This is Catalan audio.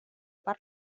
per